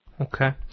Okay